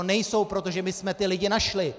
Nejsou, protože jsme ty lidi našli.